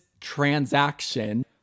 transaction